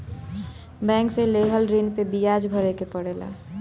bank से लेहल ऋण पे बियाज भरे के पड़ेला